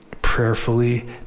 Prayerfully